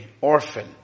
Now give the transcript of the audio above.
orphan